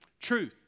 truth